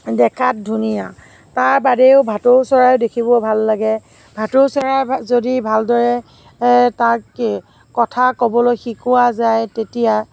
দেখাত ধুনীয়া তাৰ বাদেও ভাটৌ চৰাই দেখিব ভাল লাগে ভাটৌ চৰাইক যদি ভালদৰে তাক কথা কব'লৈ শিকোৱা যায় তেতিয়া